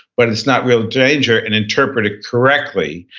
but it's not real danger, and interpret it correctly,